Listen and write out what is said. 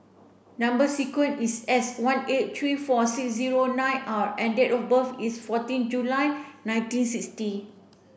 number sequence is S one eight three four six zero nine R and date of birth is fourteen July nineteen sixty